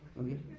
Okay